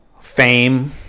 fame